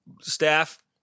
Staff